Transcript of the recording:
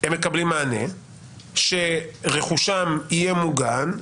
הם מקבלים מענה שרכושם יהיה מוגן,